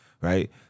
right